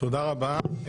תודה רבה.